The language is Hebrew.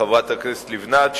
חברת הכנסת לבנת,